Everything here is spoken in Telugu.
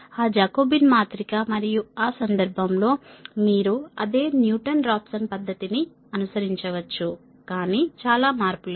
ఆ జాకోబీన్ మాత్రిక మరియు ఆ సందర్భంలో మీరు అదే న్యూటన్ రాప్సన్ పద్ధతిని అనుసరించవచ్చు కానీ చాలా మార్పులతో